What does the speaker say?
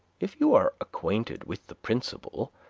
if you are acquainted with the principle,